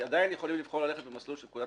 הם עדיין יכולים לבחור ללכת במסלול של פקודת